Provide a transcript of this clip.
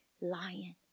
lion